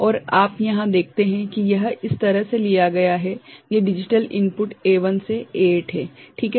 और आप यहां देखते हैं कि यह इस तरह से लिखा गया है ये डिजिटल इनपुट A1 से A8 हैं ठीक हैं